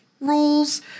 rules